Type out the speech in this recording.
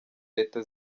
leta